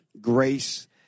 grace